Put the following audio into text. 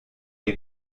est